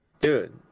Dude